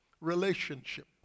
relationship